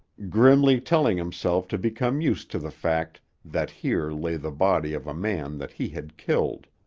grimly telling himself to become used to the fact that here lay the body of a man that he had killed.